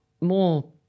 more